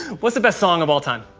what's the best song of all time?